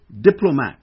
diplomat